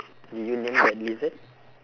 did you name that lizard